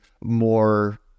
more